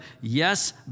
yes